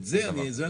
זו הנקודה.